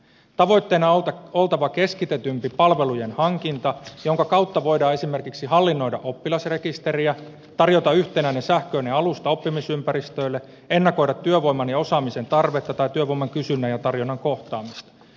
tavoitteena on oltava keskitetympi palvelujen hankinta jonka kautta voidaan esimerkiksi hallinnoida oppilasrekisteriä tarjota yhtenäinen sähköinen alusta oppimisympäristöille ennakoida työvoiman ja osaamisen tarvetta tai työvoiman kysynnän ja tarjonnan kohtaamista